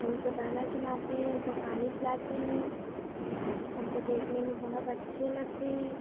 हम उनको दाना चुनाते हैं हम उनको पानी पिलाते हैं हमको देखने में बहुत अच्छे लगते हैं